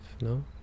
no